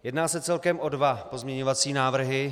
Jedná se celkem o dva pozměňovací návrhy.